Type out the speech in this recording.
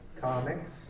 comics